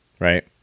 Right